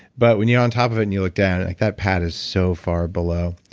but when you're on top of it and you look down, like that pad is so far below.